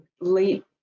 late